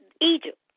Egypt